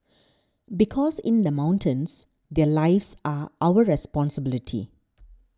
because in the mountains their lives are our responsibility